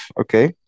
okay